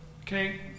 Okay